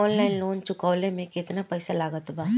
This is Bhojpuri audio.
ऑनलाइन लोन चुकवले मे केतना पईसा लागत बा?